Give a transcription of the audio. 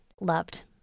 loved